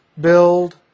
build